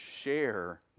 share